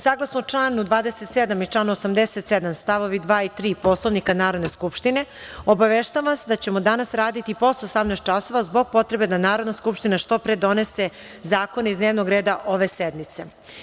Saglasno članu 27. i članu 87. st. 2. i 3. Poslovnika Narodne skupštine, obaveštavam vas da ćemo danas raditi i posle 18.00 časova, zbog potrebe da Narodna skupština što pre donese zakone iz dnevnog reda ove sednice.